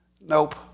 Nope